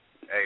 hey